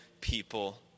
people